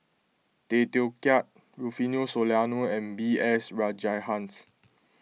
Tay Teow Kiat Rufino Soliano and B S Rajhans